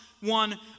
one